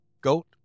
goat-